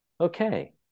Okay